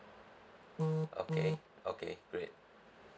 okay okay great